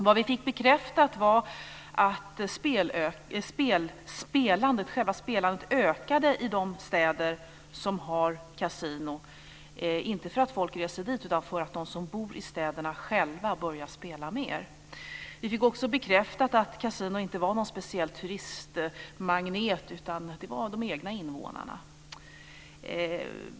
Vi fick bekräftat att själva spelandet ökar i de städer som har kasinon - inte för att folk reser dit utan för att de som bor i städerna själva börjar spela mer. Vi fick också bekräftat att kasinon inte är någon speciell turistmagnet, utan det är de egna invånarna som går dit.